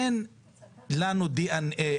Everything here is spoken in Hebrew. אין לנו דנ"א,